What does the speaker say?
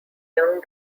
young